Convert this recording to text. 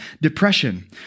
depression